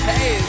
Hey